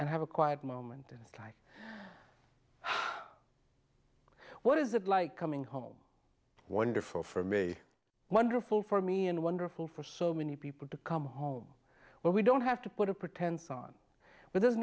and have a quiet moment like what is it like coming home wonderful for me wonderful for me and wonderful for so many people to come home where we don't have to put a pretense on but there's